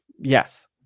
Yes